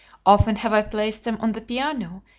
often have i placed them on the piano,